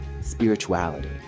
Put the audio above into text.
spirituality